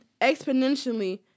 exponentially